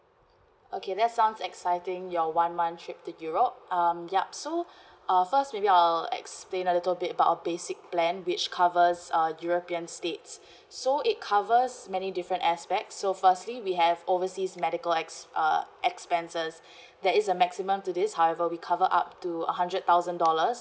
okay that sounds exciting your one month trip to europe um yup so uh first maybe I'll explain a little bit about our basic plan which covers uh european states so it covers many different aspects so firstly we have overseas medical ex~ uh expenses there is a maximum to this however we cover up to a hundred thousand dollars